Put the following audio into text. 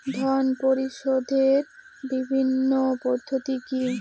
ঋণ পরিশোধের বিভিন্ন পদ্ধতি কি কি?